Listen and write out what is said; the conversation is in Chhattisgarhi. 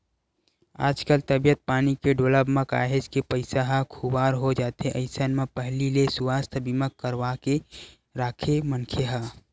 आजकल तबीयत पानी के डोलब म काहेच के पइसा ह खुवार हो जाथे अइसन म पहिली ले सुवास्थ बीमा करवाके के राखे मनखे ह